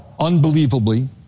unbelievably